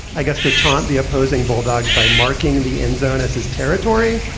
i guess to taunt the opposing bulldogs by marking the end zone as his territory.